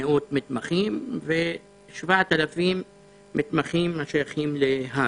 מתמחים ועוד כ-7,000 המשתייכים להר"י.